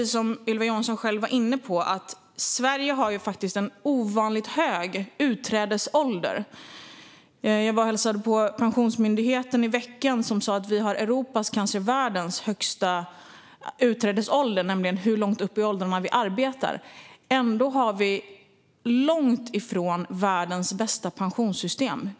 Som Ylva Johansson själv var inne på har Sverige en ovanligt hög utträdesålder. Jag var och hälsade på hos Pensionsmyndigheten i veckan. De sa att vi har Europas och kanske världens högsta utträdesålder, det vill säga hur långt upp i åldern vi arbetar. Ändå har vi långt ifrån världens bästa pensionssystem.